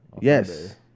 Yes